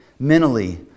mentally